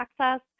access